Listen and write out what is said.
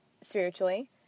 spiritually